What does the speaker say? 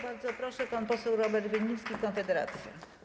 Bardzo proszę, pan poseł Robert Winnicki, Konfederacja.